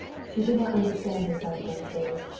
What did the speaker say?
she did not understand herself those days.